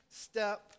Step